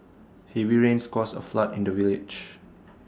heavy rains caused A flood in the village